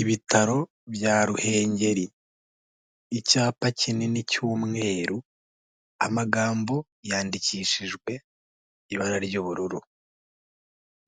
Ibitaro bya Ruhengeri, icyapa kinini cy'umweru, amagambo yandikishijwe ibara ry'ubururu,